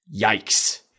Yikes